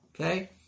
Okay